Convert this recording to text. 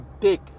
take